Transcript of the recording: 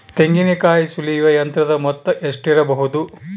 ತೆಂಗಿನಕಾಯಿ ಸುಲಿಯುವ ಯಂತ್ರದ ಮೊತ್ತ ಎಷ್ಟಿರಬಹುದು?